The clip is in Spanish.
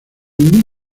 ningún